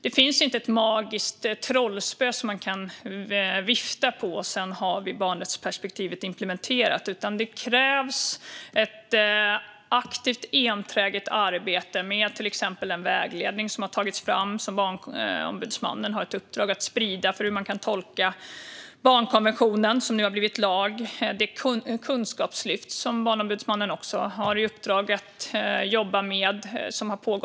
Det finns inte ett magiskt trollspö som man kan vifta med för att vi sedan ska ha barnrättsperspektivet implementerat, utan det krävs ett aktivt och enträget arbete med till exempel en vägledning som har tagits fram och som Barnombudsmannen har ett uppdrag att sprida när det gäller hur man kan tolka barnkonventionen som nu har blivit lag. Barnombudsmannen har också i uppdrag att jobba med ett kunskapslyft.